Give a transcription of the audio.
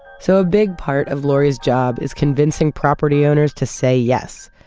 so a big part of lori's job is convincing property owners to say yes,